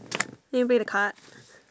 eh where the card